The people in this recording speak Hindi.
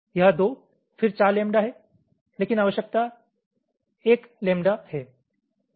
यह 2 फिर 4 लैम्ब्डा है लेकिन आवश्यकता 1 लैम्ब्डा है